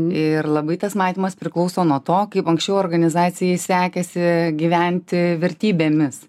ir labai tas matymas priklauso nuo to kaip anksčiau organizacijai sekėsi gyventi vertybėmis